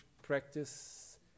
practice